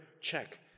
check